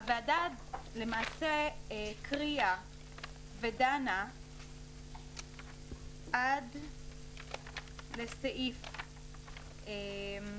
הוועדה למעשה הקריאה ודנה עד סעיף 16(1) עד סעיף קטן (ז),